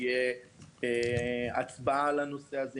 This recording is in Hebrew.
שתהיה הצבעה על הנושא הזה,